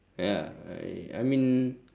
ya I I mean